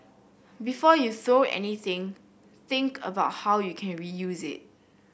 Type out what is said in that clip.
before you throw anything think about how you can reuse it